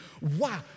wow